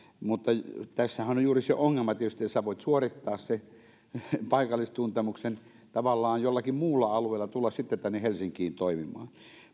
mutta tässähän on on juuri se ongelma tietysti että sinä voit tavallaan suorittaa sen paikallistuntemuksen jollakin muulla alueella ja tulla sitten tänne helsinkiin toimimaan